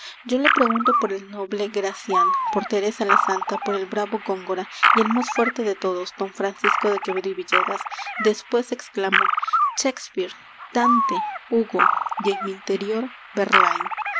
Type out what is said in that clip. yo le pregunto por el noble gracián por teresa la santa por el bravo góngora y el más fuerte de todos don francisco de quevedo y villegas después exclamo shakespeare dante hugo